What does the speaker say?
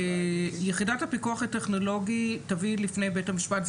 יחידת הפיקוח הטכנולוגי תביא לפני בית המשפט --- זה